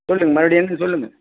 சொல்லுங்க மறுபடி என்னென்னு சொல்லுங்க